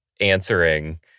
answering